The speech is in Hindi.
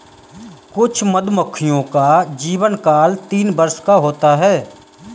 कुछ मधुमक्खियों का जीवनकाल तीन वर्ष का होता है